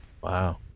Wow